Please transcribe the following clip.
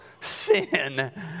sin